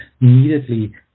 immediately